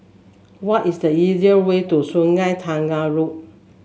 what is the easier way to Sungei Tengah Road